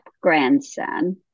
grandson